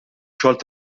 xogħol